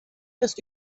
ist